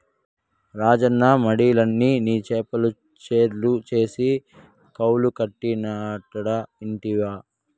రాజన్న మడిలన్ని నీ చేపల చెర్లు చేసి కౌలుకిచ్చినాడట ఇంటివా